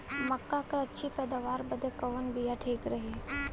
मक्का क अच्छी पैदावार बदे कवन बिया ठीक रही?